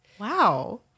Wow